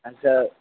اچھا